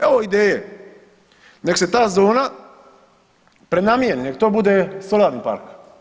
Evo ideje, nek se ta zona prenamijeni, nek to bude solarni park.